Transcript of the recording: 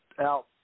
Out